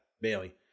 Bailey